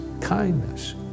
Kindness